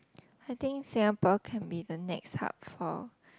I think Singapore can be the next hub for